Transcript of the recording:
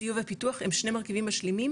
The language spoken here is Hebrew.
סיוע ופיתוח הם שני מרכיבים משלימים,